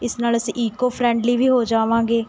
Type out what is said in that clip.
ਇਸ ਨਾਲ਼ ਅਸੀਂ ਇਕੋ ਫਰੈਂਡਲੀ ਵੀ ਹੋ ਜਾਵਾਂਗੇ